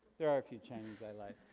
there are a few chinese, i lied.